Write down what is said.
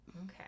Okay